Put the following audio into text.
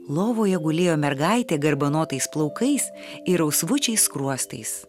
lovoje gulėjo mergaitė garbanotais plaukais ir rausvučiais skruostais